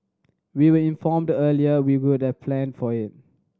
we were informed earlier we would have planned for it